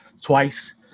twice